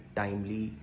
timely